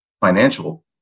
financial